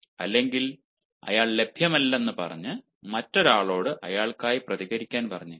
അല്ലെങ്കിൽ അയാൾ ലഭ്യമല്ലെന്ന് പറഞ്ഞ് മറ്റൊരാളോട് അയാൾക്കായി പ്രതികരിക്കാൻ പറഞ്ഞേക്കാം